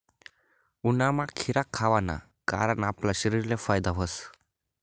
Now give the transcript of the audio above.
उन्हायामा खीरा खावाना कारण आपला शरीरले फायदा व्हस